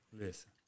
Listen